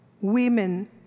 Women